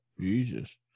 Jesus